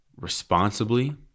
responsibly